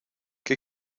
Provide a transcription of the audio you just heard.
qué